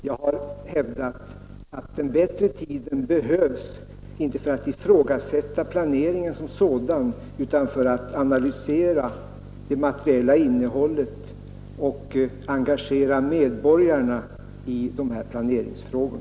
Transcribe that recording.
Jag har hävdat att den längre tiden behövs inte för att ifrågasätta planeringen som sådan utan för att analysera det materiella innehållet och engagera medborgarna i dessa planeringsfrågor.